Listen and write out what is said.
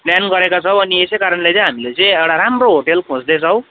plan गरेका छौँ अनि यसैकारणले चाहिँ हामीले चाहिँ एउटा राम्रो होटेल खोज्दैछौँ